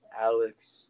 Alex